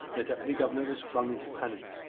the deputy-governor was flung into panic.